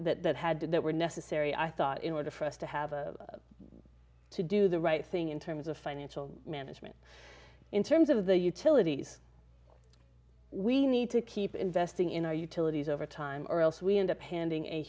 that had to that were necessary i thought in order for us to have a to do the right thing in terms of financial management in terms of the utilities we need to keep investing in our utilities over time or else we end up handing a